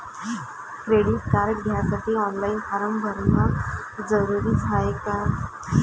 Credit card घ्यासाठी online form भरन जरुरीच हाय का?